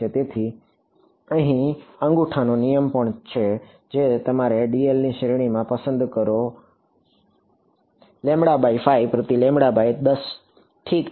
તેથી અહીં અંગૂઠાનો નિયમ પણ છે કે તમે તમારી ડીએલને શ્રેણીમાં પસંદ કરો5 પ્રતિ 10ઠીક છે